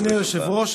אדוני היושב-ראש.